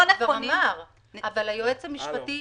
לא מגובים --- אבל היועץ המשפטי